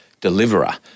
deliverer